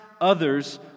others